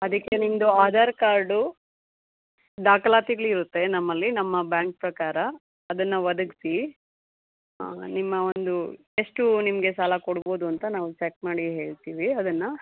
ಅದಕ್ಕೆ ನಿಮ್ಮದು ಆಧಾರ್ ಕಾರ್ಡು ದಾಖಲಾತಿಗಳಿರುತ್ತೆ ನಮ್ಮಲ್ಲಿ ನಮ್ಮ ಬ್ಯಾಂಕ್ ಪ್ರಕಾರ ಅದನ್ನು ಒದಗಿಸಿ ನಿಮ್ಮ ಒಂದು ಎಷ್ಟು ನಿಮಗೆ ಸಾಲ ಕೊಡ್ಬೋದು ಅಂತ ನಾವು ಚೆಕ್ ಮಾಡಿ ಹೇಳ್ತೀವಿ ಅದನ್ನು